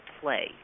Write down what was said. play